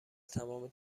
تمام